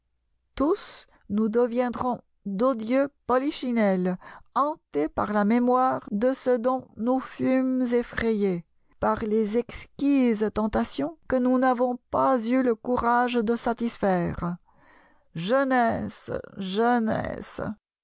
tous nous deviendrons d'odieux polichinelles hantés par la mémoire de ce dont nous fûmes effrayés par les exquises tentations que nous n'avons pas eu le courage de satisfaire jeunesse jeunesse